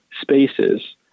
spaces